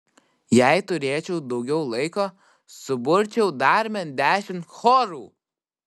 jei turėčiau daugiau laiko suburčiau dar bent dešimt chorų